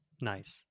nice